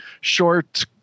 short